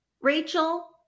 rachel